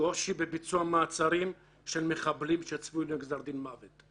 קושי בביצוע מעצרים של מחבלים שצפוי להם גזר דין מוות.